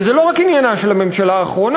וזה לא רק עניינה של הממשלה האחרונה,